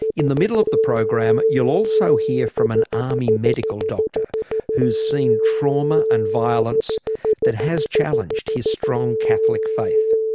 in the middle of the program you'll also hear from an army medical doctor who's seen trauma and violence that has challenged his strong catholic faith.